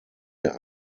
der